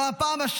אני פה,